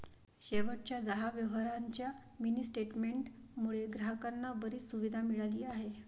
शेवटच्या दहा व्यवहारांच्या मिनी स्टेटमेंट मुळे ग्राहकांना बरीच सुविधा मिळाली आहे